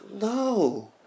No